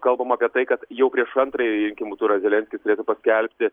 kalbama apie tai kad jau prieš antrąjį rinkimų turą zelenskis turėtų paskelbti